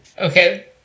Okay